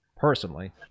Personally